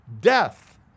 death